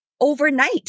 overnight